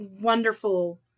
wonderful